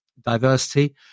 diversity